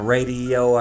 Radio